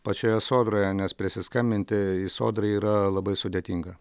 pačioje sodroje nes prisiskambinti į sodrą yra labai sudėtinga